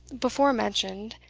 before mentioned,